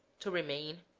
to remain,